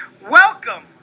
welcome